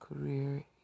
career